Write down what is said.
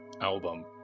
album